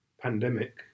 pandemic